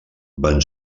van